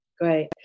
Great